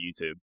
YouTube